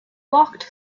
walked